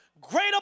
great